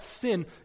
sin